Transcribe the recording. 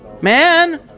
Man